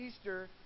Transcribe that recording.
Easter